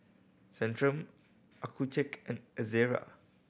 Centrum Accucheck and Ezerra